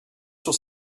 sur